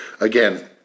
again